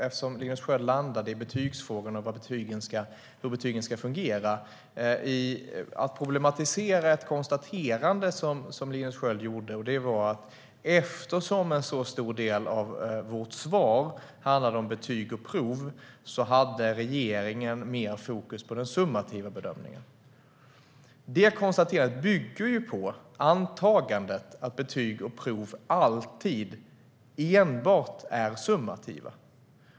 Eftersom Linus Sköld landade i betygsfrågor och hur betygen ska fungera ska jag börja med att problematisera ett konstaterande som Linus Sköld gjorde: Eftersom en så stor del av svaret handlade om betyg och prov hade regeringen mer fokus på den summativa bedömningen. Det konstaterandet bygger på antagandet att betyg och prov alltid enbart är summativa.